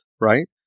right